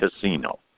casino